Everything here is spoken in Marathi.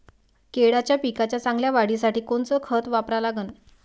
केळाच्या पिकाच्या चांगल्या वाढीसाठी कोनचं खत वापरा लागन?